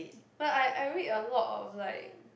but I I read a lot of like